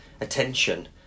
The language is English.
attention